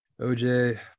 OJ